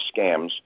scams